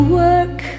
work